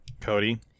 cody